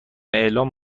اعلام